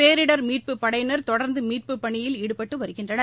பேரிடர் மீட்புப் படையினர் தொடர்ந்து மீட்புப் பணியில் ஈடுபட்டு வருகின்றனர்